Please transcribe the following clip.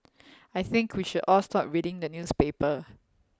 I think we should all stop reading the newspaper